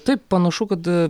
taip panašu kad